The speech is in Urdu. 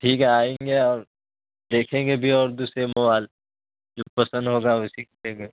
ٹھیک ہے آئیں گے اور دیکھیں گے بھی اور دوسرے موبائل جو پسند ہوگا اسی کو لیں گے